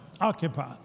Occupy